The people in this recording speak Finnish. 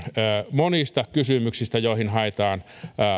monista kysymyksistä joihin haetaan